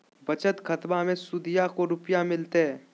बचत खाताबा मे सुदीया को रूपया मिलते?